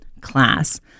class